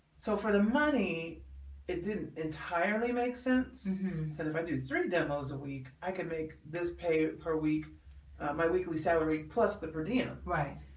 so for the money it didn't entirely make sense said if i do three demos a week i could make this paper week my weekly salary plus the per diem. right.